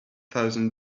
thousand